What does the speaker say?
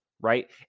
right